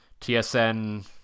TSN